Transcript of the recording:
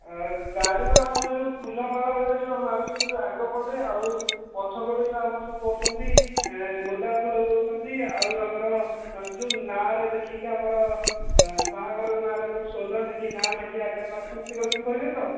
ଆଉ ଗାଡ଼ିର ଆମର ସେ ଯେଉଁ ଫୁଲମାଳ ସହିତ ସେ ଯେଉଁ ମାରୁଛନ୍ତି ଯେଉଁ ଆଗ ପଟେ ଆଉ ପଛ ପଟେ ଯେଉଁ ଆମର ସବୁ କରୁଛନ୍ତି ଗୋଲାପ ଫୁଲ ଦେଉଛନ୍ତି ଆଉ ଆମର ସେ ଯେଉଁ ନାଁରେ ଲେଖିକି ଆମର ବାହାଘର ନାଁରେ ଯେଉଁ ସୋଲରେ ଲେଖିକି ନାଁ ଲେଖିକି ଆଗରେ ମାରୁଛନ୍ତି ସେଗୁଡା ସବୁ କରିବେ ତ